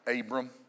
Abram